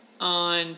on